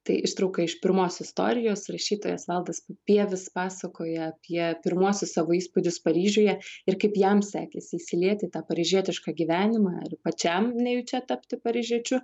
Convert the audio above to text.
tai ištrauka iš pirmos istorijos rašytojas valdas papievis pasakoja apie pirmuosius savo įspūdžius paryžiuje ir kaip jam sekėsi įsilieti į tą paryžietišką gyvenimą ir pačiam nejučia tapti paryžiečiu